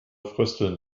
frösteln